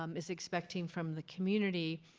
um is expecting from the community.